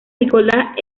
nicolás